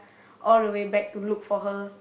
all the way back to look for her